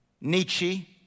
Nietzsche